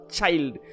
child